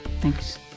Thanks